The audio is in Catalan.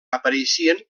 apareixien